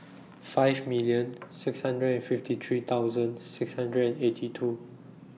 five million six hundred and fifty three thousand six hundred and eighty two